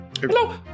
Hello